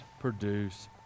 produce